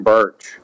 Birch